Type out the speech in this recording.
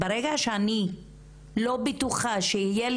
שאנחנו נוגעים בכל